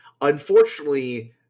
Unfortunately